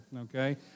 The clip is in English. okay